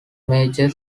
major